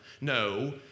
No